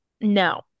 no